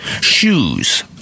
shoes